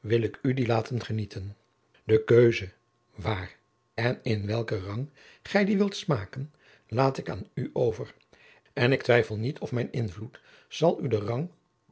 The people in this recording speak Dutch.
wil ik u die laten genieten de keuze waar en in welken rang gij die wilt smaken laat ik aan u jacob van lennep de pleegzoon over en ik twijfel niet of mijn invloed zal u den rang